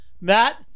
Matt